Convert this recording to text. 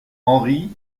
henri